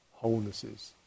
wholenesses